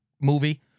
movie